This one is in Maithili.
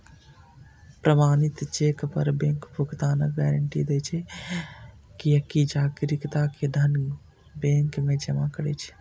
प्रमाणित चेक पर बैंक भुगतानक गारंटी दै छै, कियैकि जारीकर्ता के धन बैंक मे जमा रहै छै